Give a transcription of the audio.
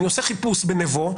אני עושה חיפוש בנבו,